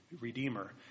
redeemer